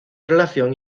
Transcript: relación